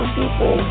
people